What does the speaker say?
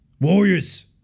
Warriors